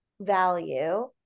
value